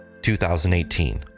2018